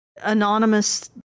anonymous